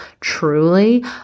Truly